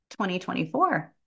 2024